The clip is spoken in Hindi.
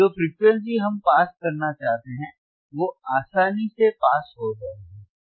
जो फ्रीक्वेंसी हम पास करना चाहते हैं वो आसानी से पास हो जाएगी